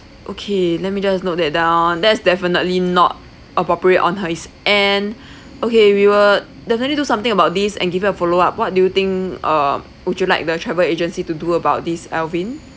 okay let me just note that down that's definitely not appropriate on his end okay we will definitely do something about this and give you a follow up what do you think um would you like the travel agency to do about this alvin